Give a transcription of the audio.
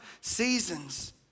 seasons